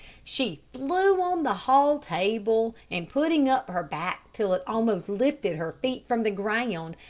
she flew on the hall table, and putting up her back till it almost lifted her feet from the ground,